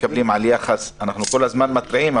אנחנו כול הזמן מתריעים,